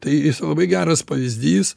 tai jis labai geras pavyzdys